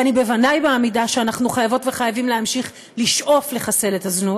ואני בוודאי מאמינה שאנחנו חייבות וחייבים להמשיך לשאוף לחסל את הזנות,